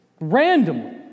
randomly